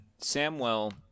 Samwell